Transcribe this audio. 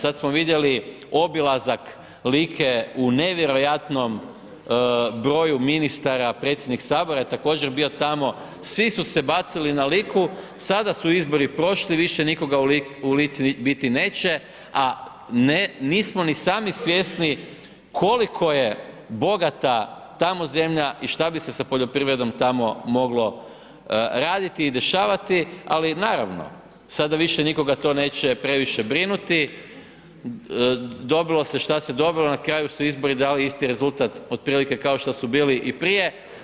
Sada smo vidjeli obilazak Like u nevjerojatnom broju ministara, predsjednik Sabora je također bio tamo, svi su se bacili na Liku, sada su izbori prošli, više nikoga u Lici biti neće, a nismo ni sami svjesni, koliko je bogata tamo zemlja i što bi se sa poljoprivredom tamo moglo raditi i dešavati, ali naravno, sada više nikoga to neće previše brinuti, dobilo se što se dobilo, na kraju su izbori dali isti rezultat, otprilike kao što su bili i prije.